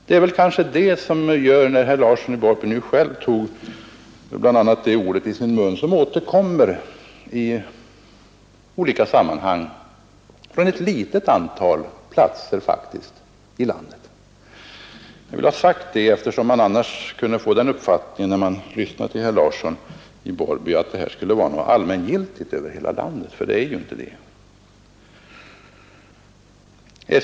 Detta var väl anledningen till att herr Larsson i Borrby nu själv tog detta ord i sin mun. Jag har velat säga detta eftersom man annars, när man lyssnade till herr Larsson i Borrby, skulle kunna få den uppfattningen att det skulle vara fråga om någonting allmängiltigt över hela landet. Det är det inte.